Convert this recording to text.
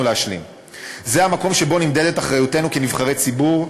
זה המקום שבו נמדדת אחריותנו כנבחרי הציבור,